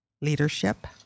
leadership